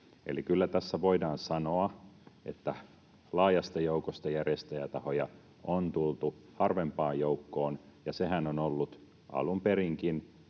Eli kyllä tässä voidaan sanoa, että laajasta joukosta järjestäjätahoja on tultu harvempaan joukkoon, ja sehän on ollut alun perinkin